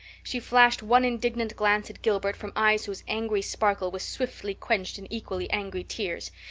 she flashed one indignant glance at gilbert from eyes whose angry sparkle was swiftly quenched in equally angry tears.